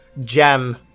gem